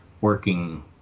working